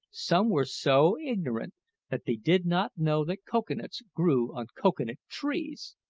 some were so ignorant that they did not know that cocoa-nuts grew on cocoa-nut trees!